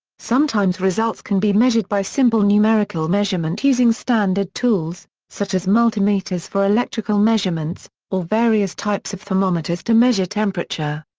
sometimes results can be measured by simple numerical measurement using standard tools, such as multimeters for electrical measurements, or various types of thermometers thermometers to measure temperature.